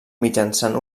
mitjançant